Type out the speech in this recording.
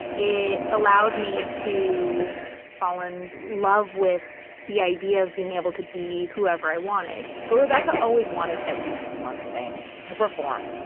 it allowed me to fall in love with the idea of being able to be whoever i wanted but rebecca always wanted at least one thing to perform.